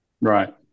Right